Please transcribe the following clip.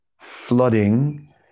flooding